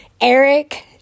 Eric